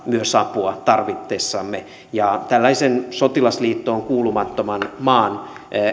myös apua tarvitessamme ja tällaisen sotilasliittoon kuulumattoman maan